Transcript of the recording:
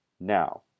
now